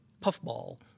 puffball